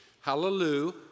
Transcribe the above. hallelujah